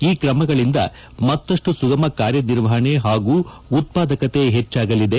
ಈ ಕ್ರಮಗಳಿಂದ ಮತ್ತಷ್ಟು ಸುಗಮ ಕಾರ್ಯನಿರ್ವಹಣೆ ಹಾಗೂ ಉತ್ಪಾದಕತೆ ಹೆಚ್ಚಾಗಳಿದೆ